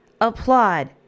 applaud